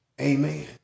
Amen